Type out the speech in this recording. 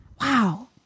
Wow